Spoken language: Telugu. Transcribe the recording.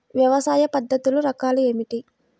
వ్యవసాయ పద్ధతులు రకాలు ఏమిటి?